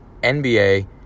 NBA